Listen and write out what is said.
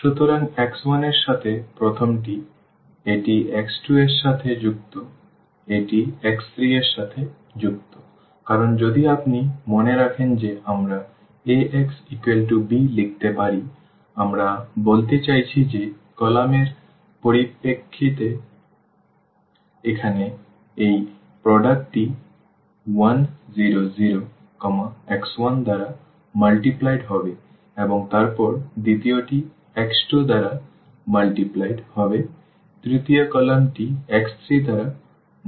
সুতরাং x1 এর সাথে প্রথম টি এটি x2 এর সাথে যুক্ত এটি x3 এর সাথে যুক্ত কারণ যদি আপনি মনে রাখেন যে আমরা এই Ax b লিখতে পারি আমি বলতে চাইছি এই কলাম এর পরিপ্রেক্ষিতে এখানে এই পণ্যটি এখানে 1 0 0 x1 দ্বারা গুণিত হবে এবং তারপর দ্বিতীয় টি x2 দ্বারা গুণ করা হবে তৃতীয় কলামটি x3দ্বারা গুণ করা হবে